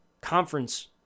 conference